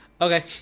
Okay